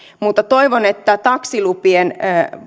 mutta toivon että taksilupien